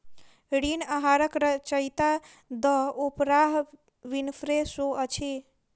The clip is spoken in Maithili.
ऋण आहारक रचयिता द ओपराह विनफ्रे शो अछि